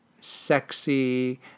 sexy